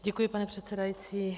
Děkuji, pane předsedající.